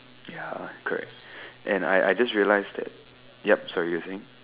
ya correct and I I just realised that yup sorry you were saying